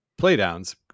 playdowns